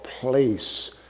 place